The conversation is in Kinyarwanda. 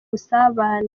busabane